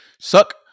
suck